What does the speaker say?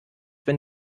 wenn